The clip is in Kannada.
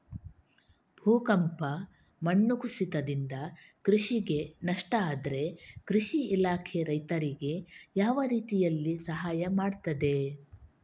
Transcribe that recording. ಭೂಕಂಪ, ಮಣ್ಣು ಕುಸಿತದಿಂದ ಕೃಷಿಗೆ ನಷ್ಟ ಆದ್ರೆ ಕೃಷಿ ಇಲಾಖೆ ರೈತರಿಗೆ ಯಾವ ರೀತಿಯಲ್ಲಿ ಸಹಾಯ ಮಾಡ್ತದೆ?